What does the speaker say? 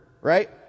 right